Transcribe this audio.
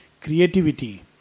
Creativity